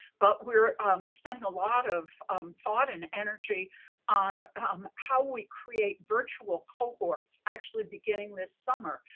but we're spending a lot of um thought and energy on how we create virtual cohorts actually beginning this summer.